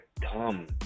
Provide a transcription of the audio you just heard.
dumb